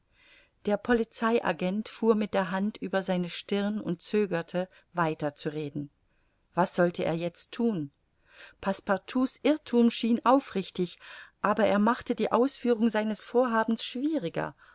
der polizei agent fuhr mit der hand über seine stirn und zögerte weiter zu reden was sollte er jetzt thun passepartout's irrthum schien aufrichtig aber er machte die ausführung seines vorhabens schwieriger